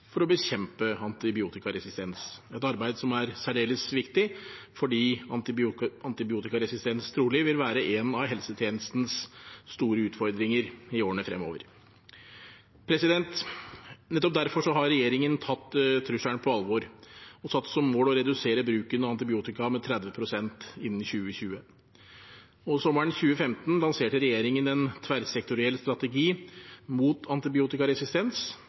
for å bekjempe antibiotikaresistens, et arbeid som er særdeles viktig fordi antibiotikaresistens trolig vil være en av helsetjenestens store utfordringer i årene fremover. Nettopp derfor har regjeringen tatt trusselen på alvor og satt som mål å redusere bruken av antibiotika med 30 pst. innen 2020. Sommeren 2015 lanserte regjeringen en tverrsektoriell strategi mot antibiotikaresistens,